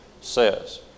says